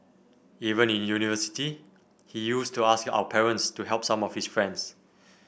even in university he used to ask our parents to help some of his friends